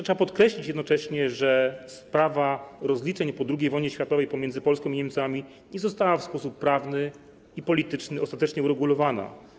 Trzeba podkreślić jednocześnie, że sprawa rozliczeń po II wojnie światowej pomiędzy Polską i Niemcami nie została w sposób prawny i polityczny ostatecznie uregulowana.